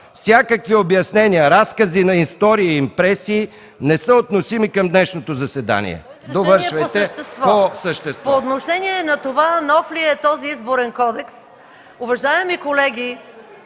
Всякакви обяснения, разкази на истории и импресии не са относими към днешното заседание. Довършвайте по същество. ДОКЛАДЧИК МАЯ МАНОЛОВА: По отношение на това нов ли е този Изборен кодекс, уважаеми колеги,